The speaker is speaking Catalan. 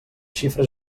xifres